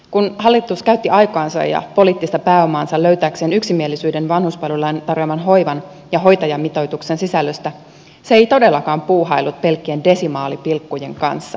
kun hallitus käytti aikaansa ja poliittista pääomaansa löytääkseen yksimielisyyden vanhuspalvelulain tarjoaman hoivan ja hoitajamitoituksen sisällöstä se ei todellakaan puuhaillut pelkkien desimaalipilkkujen kanssa